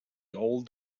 old